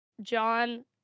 John